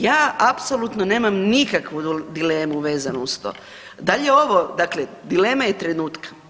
Ja apsolutno nemam nikakvu dilemu vezanu uz to da li je ovo dakle dilema trenutka.